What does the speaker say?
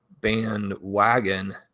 bandwagon